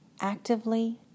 Actively